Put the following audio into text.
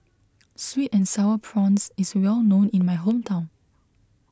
Sweet and Sour Prawns is well known in my hometown